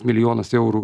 milijonas eurų